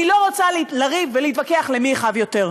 אני לא רוצה לריב ולהתווכח למי יכאב יותר.